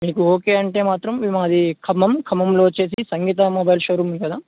మీకు ఓకే అంటే మాత్రం మేము మాది ఖమ్మం ఖమంలో వచ్చేసి సంగీత మొబైల్ షోరూమ్ ఉంది కదా